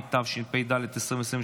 התשפ"ד 2023,